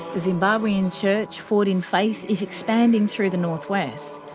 zimbabwean church forward in faith is expanding through the north-west,